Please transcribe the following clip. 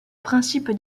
principe